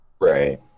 Right